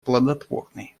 плодотворной